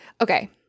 Okay